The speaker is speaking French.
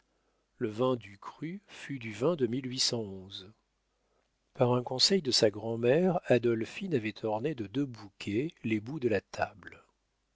le vin du cru fut du vin de par un conseil de sa grand'mère adolphine avait orné de deux bouquets les bouts de la table